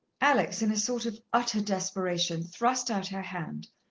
alex, in a sort of utter desperation, thrust out her hand,